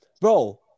bro